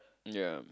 ya